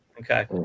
Okay